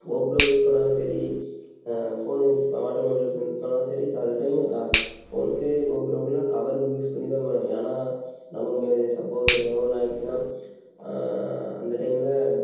GoPro use பண்ணிணாலும் சரி phone use பண் வாட்டர் மொபைல் யூஸ் பண்ணிணாலும் சரி சில டைமு க ஃபோனுக்கு கோப்ரோவிலையும் கவரு யூஸ் பண்ணி தான் போகணும் ஏனால் நம்ப முடியாது சப்போஸ் எதாவது ஒன்று ஆயிட்ச்சுன்னா அந்த டைமில்